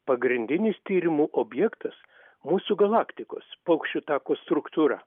pagrindinis tyrimų objektas mūsų galaktikos paukščių tako struktūra